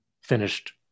finished